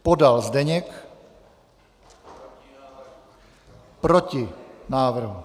Podal Zdeněk: Proti návrhu.